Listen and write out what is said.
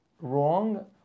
wrong